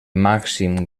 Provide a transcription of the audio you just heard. màxim